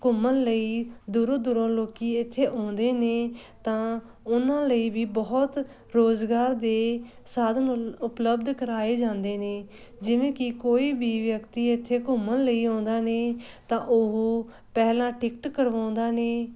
ਘੁੰਮਣ ਲਈ ਦੂਰੋਂ ਦੂਰੋਂ ਲੋਕੀ ਇੱਥੇ ਆਉਂਦੇ ਨੇ ਤਾਂ ਉਹਨਾਂ ਲਈ ਵੀ ਬਹੁਤ ਰੋਜ਼ਗਾਰ ਦੇ ਸਾਧਨ ਉ ਉਪਲਬਧ ਕਰਾਏ ਜਾਂਦੇ ਨੇ ਜਿਵੇਂ ਕਿ ਕੋਈ ਵੀ ਵਿਅਕਤੀ ਇੱਥੇ ਘੁੰਮਣ ਲਈ ਆਉਂਦਾ ਨੇ ਤਾਂ ਉਹ ਪਹਿਲਾਂ ਟਿਕਟ ਕਰਵਾਉਂਦਾ ਨੇ